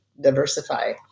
diversify